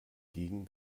gegen